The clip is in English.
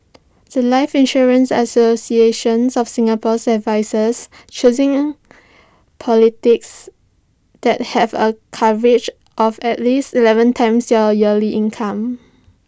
The Life insurance associations of Singapore's advises choosing policies that have A coverage of at least Eleven times your yearly income